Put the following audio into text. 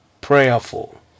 prayerful